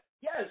yes